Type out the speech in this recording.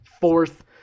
fourth